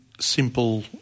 simple